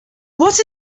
what